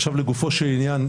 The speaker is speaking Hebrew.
עכשיו לגופו של עניין,